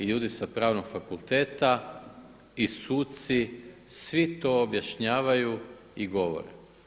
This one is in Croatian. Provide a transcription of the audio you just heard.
I ljudi sa Pravnog fakulteta i suci svi to objašnjavaju i govore.